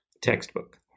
textbook